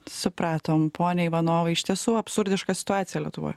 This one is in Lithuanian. supratom pone ivanovai iš tiesų absurdiška situacija lietuvoj